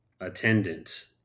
attendant